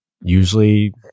Usually